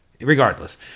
Regardless